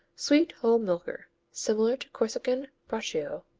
sweet whole milker, similar to corsican broccio.